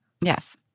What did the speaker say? Yes